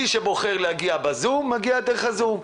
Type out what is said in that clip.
מי שבוחר להשתתף דרך ה-זום,